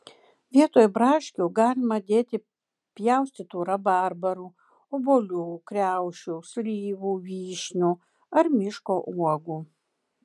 vietoj braškių galima dėti pjaustytų rabarbarų obuolių kriaušių slyvų vyšnių ar miško uogų